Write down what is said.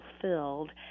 fulfilled